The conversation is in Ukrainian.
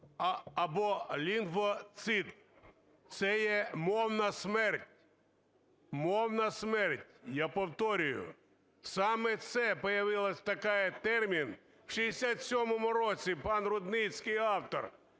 або лінгвоцид. Це є мовна смерть, мовна смерть, я повторюю. Саме це появився такий термін у 1967 році, пан Рудницький – автор,